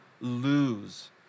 lose